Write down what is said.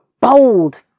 bold